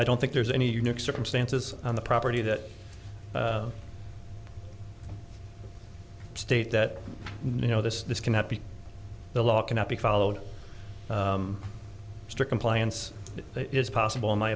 i don't think there's any unique circumstances on the property that state that you know this this cannot be the law cannot be followed mr compliance is possible in my